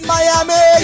Miami